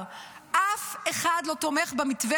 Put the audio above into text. בוא נתחיל לזרום,